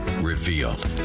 Revealed